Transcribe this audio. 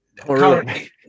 currently